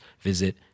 visit